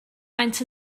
maent